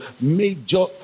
major